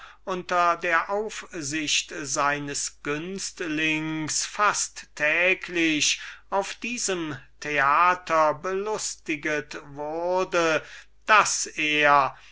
unter der aufsicht seines günstlings fast täglich auf diesem theater belustiget wurde daß er